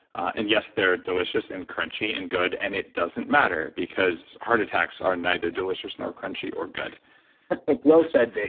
and yes, they're delicious, and crunchy, and good, and it doesn't matter because heart attacks are neither delicious, nor crunchy, or good well said,